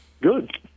Good